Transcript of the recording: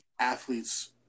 athletes